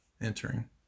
entering